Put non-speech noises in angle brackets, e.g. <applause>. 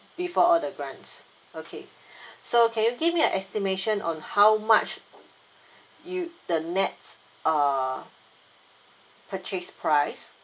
before all the grants okay <breath> so can you give me an estimation on how much you the NETS err purchase price